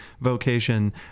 vocation